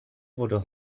wurde